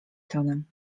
tonem